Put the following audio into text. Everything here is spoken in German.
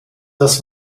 das